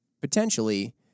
potentially